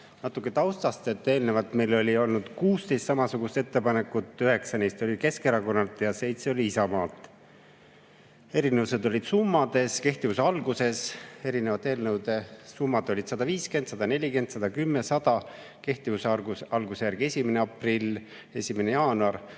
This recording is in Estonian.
Natuke taustast. Eelnevalt meil oli olnud 16 samasugust ettepanekut: üheksa neist oli Keskerakonnalt ja seitse oli Isamaalt. Erinevused olid summades, kehtivuse alguses. Erinevate eelnõude summad olid 150, 140, 110, 100, kehtivuse alguse järgi 1. aprill ja 1. jaanuar.